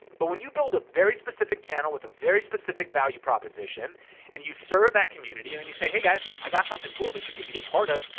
but when you build a very specific channel with a very specific value proposition and you serve that community and then you say, hey guys, i got something cool that you could be a part of.